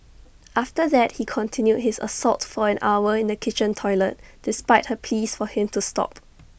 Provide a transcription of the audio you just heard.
after that he continued his assault for an hour in the kitchen toilet despite her pleas for him to stop